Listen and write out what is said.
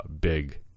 big